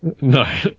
No